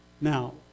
Now